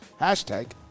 Hashtag